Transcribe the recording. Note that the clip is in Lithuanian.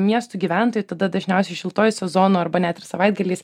miestų gyventojai tada dažniausiai šiltuoju sezonu arba net ir savaitgaliais